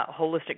holistic